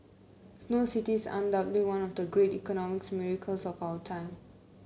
Snow City is undoubtedly one of the great economic miracles of our time